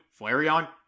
Flareon